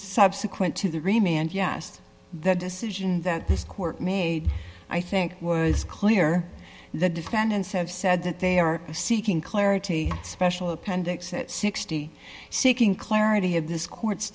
subsequent to the remain and yes the decision that this court made i think was clear the defendants have said that they are seeking clarity special appendix that sixty seeking clarity of this court's